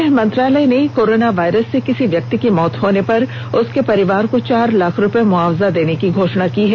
गृह मंत्रालय ने कोरोनावायरस से किसी व्यक्ति की मौत होने पर उसके परिवार को चार लाख रुपये मुआवजा देने की घोषणा की है